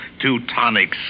teutonic